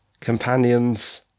companions